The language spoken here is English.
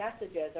messages